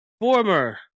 Former